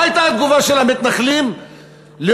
מה הייתה התגובה של המתנחלים לאור